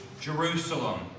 Jerusalem